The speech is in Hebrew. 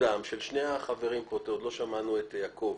מוקדם של שני החברים עוד לא שמענו את יעקב